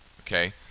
Okay